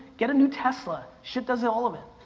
get a new tesla, shit does all of it.